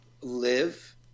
live